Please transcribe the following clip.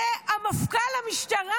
זה מפכ"ל המשטרה.